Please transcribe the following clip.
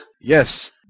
Yes